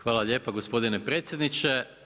Hvala lijepa gospodine predsjedniče.